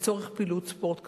לצורך פעילות ספורט כזאת.